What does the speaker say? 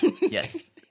Yes